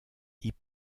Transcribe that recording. hip